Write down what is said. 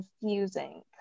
confusing